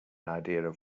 idea